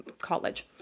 college